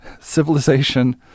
civilization